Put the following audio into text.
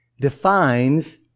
defines